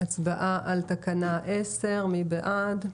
הצבעה על תקנה 10. מי בעד?